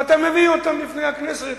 ואתה מביא אותם בפני הכנסת.